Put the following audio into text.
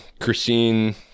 Christine